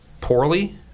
poorly